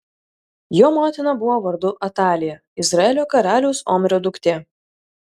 jo motina buvo vardu atalija izraelio karaliaus omrio duktė